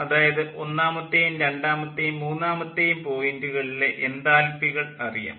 അതായത് ഒന്നാമത്തേയും രണ്ടാമത്തേയും മൂന്നാമത്തേയും പോയിൻ്റുകളിലെ Point 1 point 2 Point 3 എൻതാൽപ്പികൾ അറിയാം